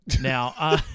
Now